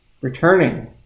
returning